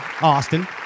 Austin